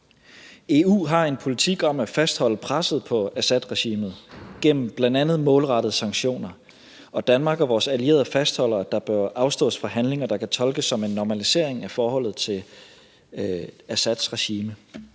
EU har en politik om at fastholde presset på Assadregimet gennem bl.a. målrettede sanktioner, og Danmark og vores allierede fastholder, at der bør afstås fra handlinger, der kan tolkes som en normalisering af forholdet til Assads regime.